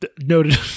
Noted